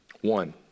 One